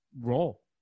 role